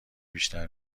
بیشتر